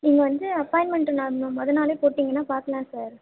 நீங்கள் வந்து அப்பாயின்மெண்ட் நான் மு முத நாளே போட்டிங்கன்னா பார்க்கலாம் சார்